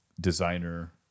Designer